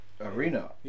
arena